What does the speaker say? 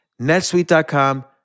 netsuite.com